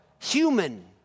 Human